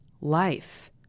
life